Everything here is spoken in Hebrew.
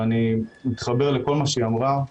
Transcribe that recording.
ואני מתחבר לכל מה שהיא אמרה,